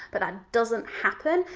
but that doesn't happen.